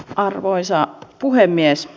arvoisa puhemies